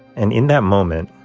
and in that moment,